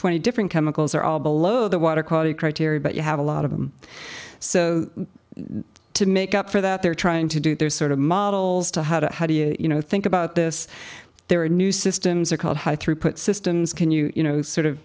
twenty different chemicals are all below the water quality criteria but you have a lot of them so to make up for that they're trying to do those sort of models to how to how do you know think about this there are new systems are called high throughput systems can you know sort of